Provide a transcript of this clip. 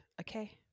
okay